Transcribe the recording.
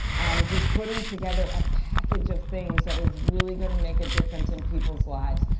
just putting together a package of things that are really going to make a difference in people's lives.